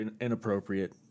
inappropriate